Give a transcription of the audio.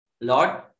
Lord